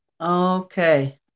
Okay